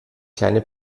kleine